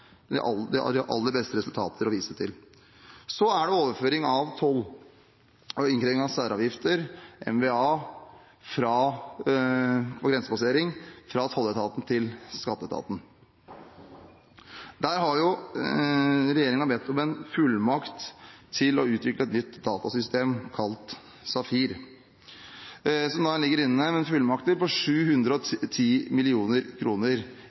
aller beste resultater å vise til. Så er det overføring av toll og innkreving av særavgifter og mva. på grensepassering fra tolletaten til skatteetaten. Der har jo regjeringen bedt om en fullmakt til å utvikle et nytt datasystem, kalt SAFIR, som nå ligger inne med fullmakter på 710